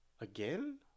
Again